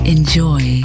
Enjoy